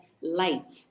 light